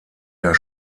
der